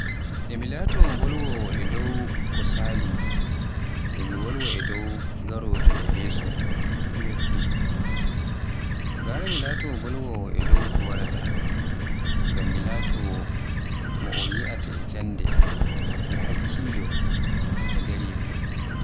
E mi laato mbolwowo e dow ko sali e mi wolwa e dow garojum e yeso ɗume ɓuri, gara mi laato mbolwowo dow ko waraata, ngam mi laato mo un yi'ata e jannde e hakkilo e nder yimɓe.